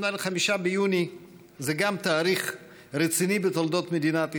אבל 5 ביוני זה גם תאריך רציני בתולדות מדינת ישראל.